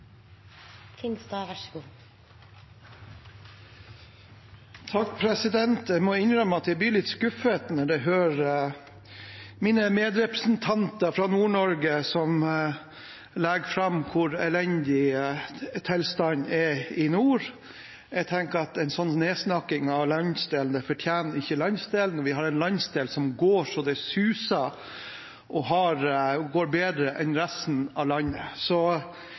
Jeg må innrømme at jeg blir litt skuffet når jeg hører mine medrepresentanter fra Nord-Norge legge fram hvor elendig tilstanden er i nord. Jeg tenker at en slik nedsnakking fortjener ikke landsdelen. Vi har en landsdel som går så det suser og går bedre enn resten av landet. Så